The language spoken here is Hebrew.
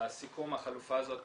בסיכום החלופה הזאת